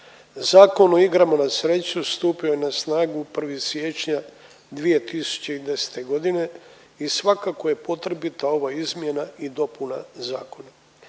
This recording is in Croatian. Zakon o igrama na sreću stupio je na snagu 1. siječnja 2010. godine i svakako je potrebita ova izmjena i dopuna zakona.